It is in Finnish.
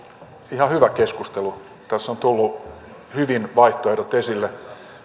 ihan hyvä keskustelu tässä on tullut hyvin vaihtoehdot esille